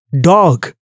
dog